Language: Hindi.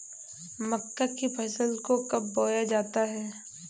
मक्का की फसल को कब बोया जाता है?